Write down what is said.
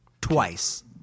Twice